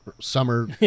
summer